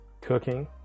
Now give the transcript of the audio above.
cooking